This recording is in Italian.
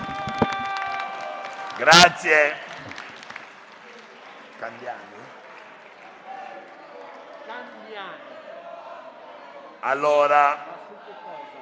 Grazie